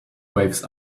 waves